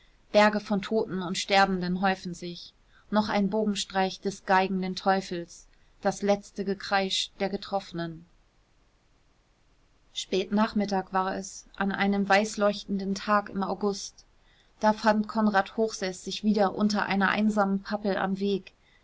berge von toten und sterbenden häufen sich noch ein bogenstreich des geigenden teufels das letzte gekreisch der getroffenen spätnachmittag war es an einem weißleuchtenden tag im august da fand konrad hochseß sich wieder unter einer einsamen pappel am weg